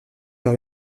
par